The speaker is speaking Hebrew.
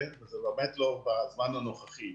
ודאי לא בזמן הנוכחי.